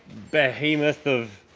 behemoth of.